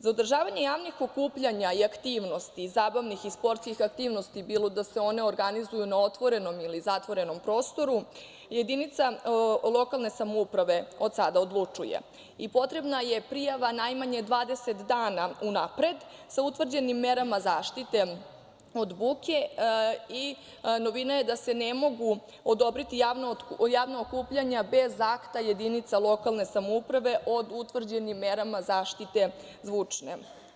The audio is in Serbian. Za održavanje javnih okupljanja i aktivnosti, zabavnih i sportskih aktivnosti, bilo da se one organizuju na otvorenom ili zatvorenom prostoru, jedinica lokalne samouprave od sada odlučuje i potrebna je prijava najmanje 20 dana unapred sa utvrđenim merama zaštite od buke i novina je da se ne mogu odobriti javna okupljanja bez akta jedinice lokalne samouprave o utvrđenim merama zaštite zvučne.